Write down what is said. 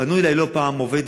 פנו אלי לא פעם עובדות